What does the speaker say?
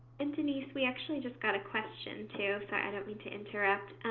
and denise, we actually just got a question, too. sorry i don't mean to interrupt.